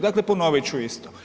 Dakle, ponovit ću isto.